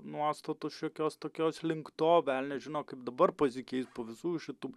nuostatų šiokios tokios link to velnias žino kaip dabar pasikeis po visų šitų